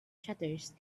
shutters